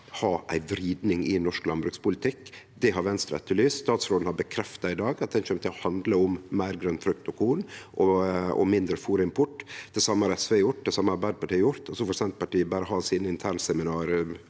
Det har Venstre etterlyst. Statsråden har i dag stadfesta at det kjem til å handle om meir grønt, frukt og korn og mindre fôrimport. Det same har SV og Arbeidarpartiet gjort. Så får Senterpartiet berre ha sine internseminar